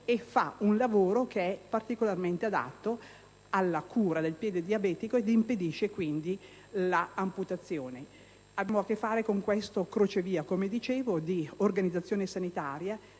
ma fa un lavoro particolarmente adatto alla cura del piede diabetico e impedisce quindi un'eventuale amputazione. Abbiamo a che fare con questo crocevia di organizzazione sanitaria,